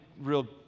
real